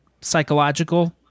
psychological